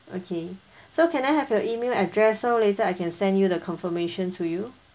okay so can I have your email address so later I can send you the confirmation to you